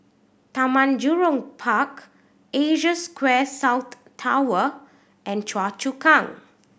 Taman Jurong Park Asia Square South Tower and Choa Chu Kang